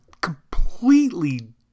completely